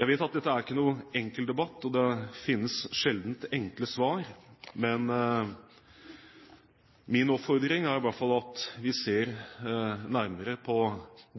Jeg vet at dette ikke er noen enkel debatt, og det finnes sjelden enkle svar. Men min oppfordring er i hvert fall at vi ser nærmere på